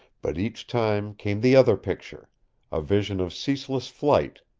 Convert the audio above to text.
but each time came the other picture a vision of ceaseless flight,